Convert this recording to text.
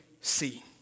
see